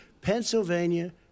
Pennsylvania